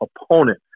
opponent